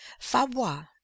fabois